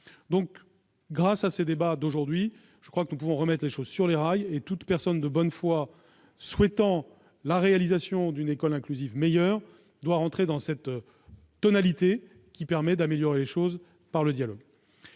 Ainsi, grâce aux débats d'aujourd'hui, nous pouvons remettre les choses sur les rails, et toute personne de bonne foi souhaitant la réalisation d'une école inclusive meilleure doit adopter cette tonalité, qui permet d'améliorer les choses par le dialogue.